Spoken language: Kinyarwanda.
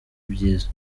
ibyiza